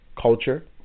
culture